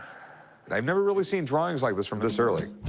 and i've never really seen drawings like this from this early.